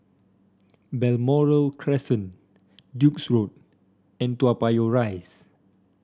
Balmoral Crescent Duke's Road and Toa Payoh Rise